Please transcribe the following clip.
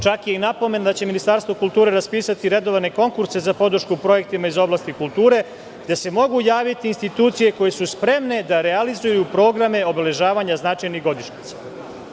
Čak je i napomena da će Ministarstvo kulture raspisati redovne konkurse za podršku projektima iz oblasti kulture, gde se mogu javiti institucije koje su spremne da realizuju programe obeležavanja značajnih godišnjica.